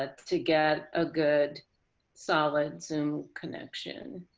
ah to get a good solid zoom connection.